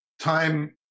Time